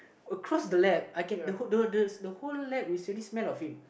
across the lab I can the whole lab smell of him